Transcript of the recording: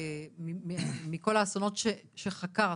מכל האסונות שחקרת,